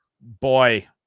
boy